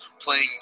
playing